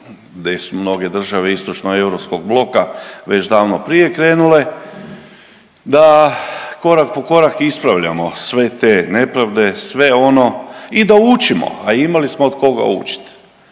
gdje su mnoge države istočno-europskog bloka već davno prije krenule, da korak po korak ispravljamo sve te nepravde, sve ono i da učimo a imali smo od koga učiti.